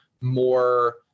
more